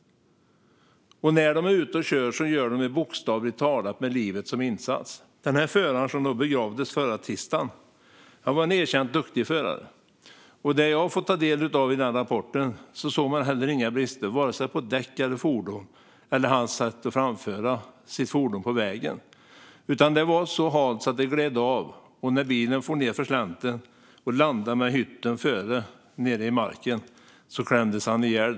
När förarna är ute och kör gör de det bokstavligt talat med livet som insats. Den förare som begravdes förra tisdagen var erkänt duktig. Enligt rapporten, som jag fått ta del av, såg man inga brister hos vare sig däck eller fordon eller i förarens sätt att framföra sitt fordon på vägen. Det var så halt att bilen gled av vägen, och när den for nedför slänten och landade med hytten mot marken klämdes han ihjäl.